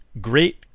great